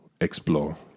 explore